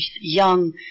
young